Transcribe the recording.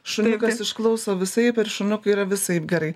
šuniukas išklauso visaip ir šuniukui yra visaip gerai